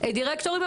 דירקטורים,